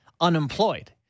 unemployed